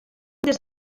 des